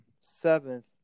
seventh